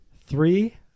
Three